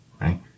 right